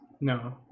No